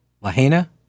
Lahaina